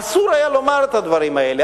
אסור היה לומר את הדברים האלה.